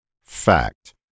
Fact